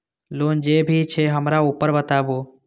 Loan जे भी छे हमरा ऊपर बताबू?